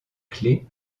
clé